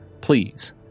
please